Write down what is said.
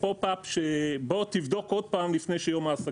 אפשר לעשות את זה ולהודיע לבן אדם שיבדוק שוב לפני שיום העסקים